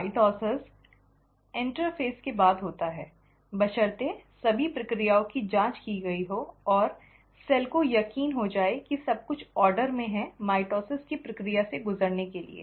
mitosis interphase के ठीक बाद होता है बशर्ते सभी प्रक्रियाओं की जाँच की गई हो और कोशिका को यकीन हो जाए कि सब कुछ ऑर्डर में है माइटोसिस की प्रक्रिया से गुजरने के लिए